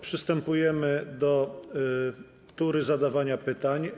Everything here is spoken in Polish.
Przystępujemy do tury zadawania pytań.